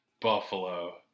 Buffalo